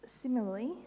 Similarly